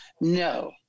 No